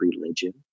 religion